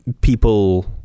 people